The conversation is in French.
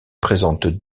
présentent